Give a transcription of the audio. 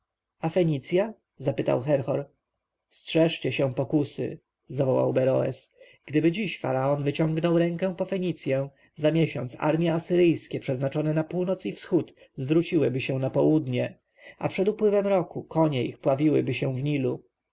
a fenicja spytał herhor strzeżcie się pokusy zawołał beroes gdyby dziś faraon wyciągnął rękę po fenicję za miesiąc armje asyryjskie przeznaczone na północ i wschód zwróciłyby się na południe a przed upływem roku konie ich pławiłyby się w nilu